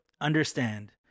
understand